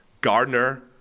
Gardner